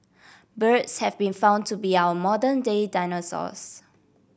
birds have been found to be our modern day dinosaurs